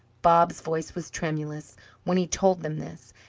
bob's voice was tremulous when he told them this,